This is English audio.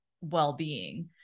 well-being